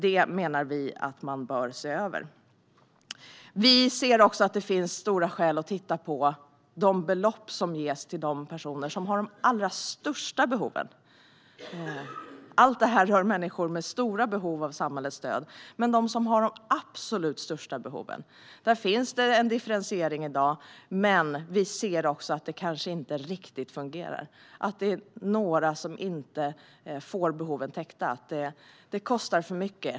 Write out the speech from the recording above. Det menar vi att man bör se över. Vi ser också att det finns tunga skäl att titta på de belopp som ges till de personer som har de allra största behoven. Allt det här rör människor med stora behov av samhällets stöd, men när det gäller de som har de absolut största behoven finns det en differentiering i dag. Vi ser också att det kanske inte riktigt fungerar och att några inte får behoven täckta. Det kostar för mycket.